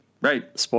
Right